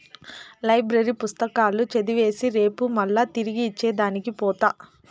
library పుస్తకాలు చదివేసి రేపు మల్లా తిరిగి ఇచ్చే దానికి పోత